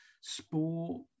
sport